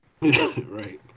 right